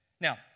Now